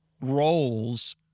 roles